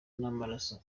n’amaraso